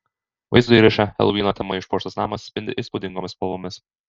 vaizdo įraše helovino tema išpuoštas namas spindi įspūdingomis spalvomis